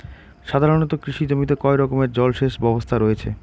সাধারণত কৃষি জমিতে কয় রকমের জল সেচ ব্যবস্থা রয়েছে?